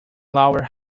lower